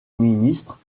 ministre